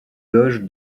doge